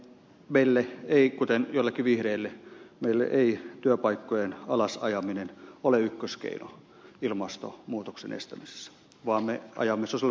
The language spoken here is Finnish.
meille ei kuten joillekin vihreille työpaikkojen alasajaminen ole ykköskeino ilmastomuutoksen estämisessä vaan ne ajamis osui